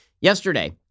Yesterday